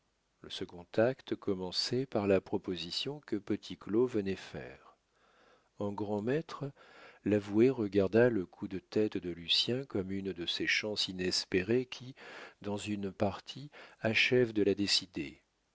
le second acte commençait par la proposition que petit claud venait faire en grand maître l'avoué regarda le coup de tête de lucien comme une de ces chances inespérées qui dans une partie achèvent de la décider